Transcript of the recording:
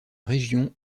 région